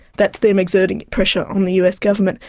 that's them exerting pressure on the us government,